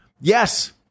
yes